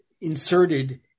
inserted